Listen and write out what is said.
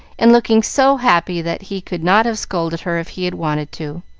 and looking so happy that he could not have scolded her if he had wanted to.